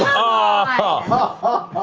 ah,